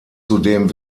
zudem